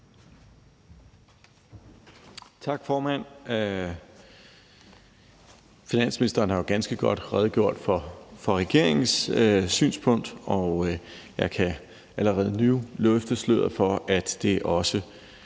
Tak, formand. Finansministeren har jo redegjort ganske godt for regeringens synspunkt, og jeg kan allerede nu løfte sløret for, at det også